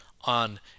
on